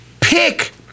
pick